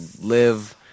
live